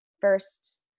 first